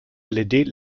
led